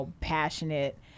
Passionate